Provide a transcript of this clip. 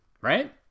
Right